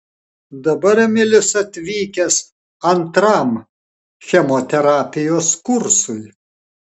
dabar emilis atvykęs antram chemoterapijos kursui